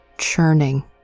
churning